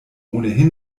ohnehin